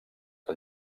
que